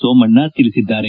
ಸೋಮಣ್ಣ ತಿಳಿಸಿದ್ದಾರೆ